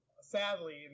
Sadly